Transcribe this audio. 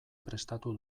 prestatu